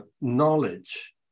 knowledge